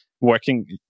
working